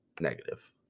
Negative